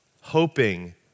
hoping